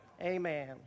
Amen